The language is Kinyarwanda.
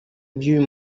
by’uyu